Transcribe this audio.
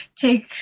take